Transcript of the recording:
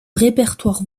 répertoire